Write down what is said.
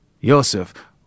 Yosef